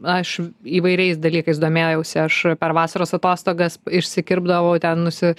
aš įvairiais dalykais domėjausi aš per vasaros atostogas išsikirpdavau ten nusi